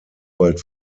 bald